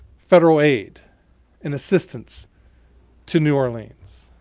federal aid and assistance to new orleans.